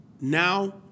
Now